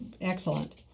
excellent